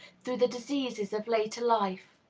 through the diseases of later life.